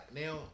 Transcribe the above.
now